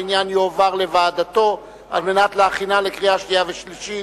העניין יועבר לוועדתו כדי להכינה לקריאה שנייה וקריאה שלישית.